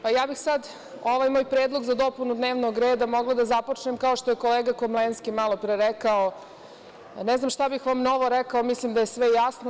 Sada bih ovaj moj predlog za dopunu dnevnog reda mogla da započnem kao što je kolega Komlenski malo pre rekao, ne znam šta bih vam novo rekao osim da je sve jasno.